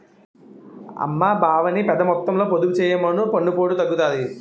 అమ్మీ బావని పెద్దమొత్తంలో పొదుపు చెయ్యమను పన్నుపోటు తగ్గుతాది